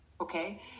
okay